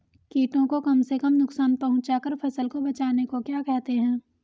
कीटों को कम से कम नुकसान पहुंचा कर फसल को बचाने को क्या कहते हैं?